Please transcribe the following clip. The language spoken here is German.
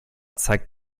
zeigt